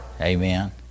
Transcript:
amen